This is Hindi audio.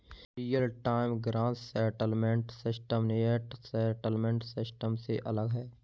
real time gross settlement system net settlement system से अलग है